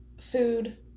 food